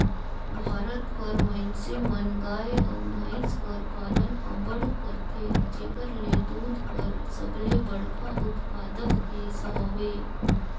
भारत कर मइनसे मन गाय अउ भंइस कर पालन अब्बड़ करथे जेकर ले दूद कर सबले बड़खा उत्पादक देस हवे